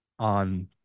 on